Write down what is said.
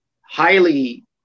highly